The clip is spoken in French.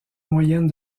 moyenne